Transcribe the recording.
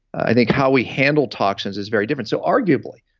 i think how we handle toxins is very different so arguably,